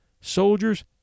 soldiers